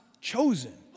chosen